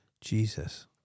Jesus